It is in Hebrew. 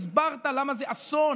הסברת למה זה אסון